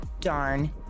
darn